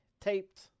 taped